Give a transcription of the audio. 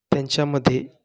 त्यांच्यामध्ये